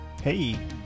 Hey